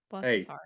Hey